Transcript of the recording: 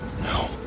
No